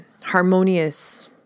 harmonious